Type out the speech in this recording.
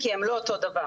כי הם לא אותו דבר.